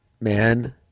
man